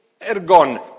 ergon